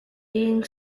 being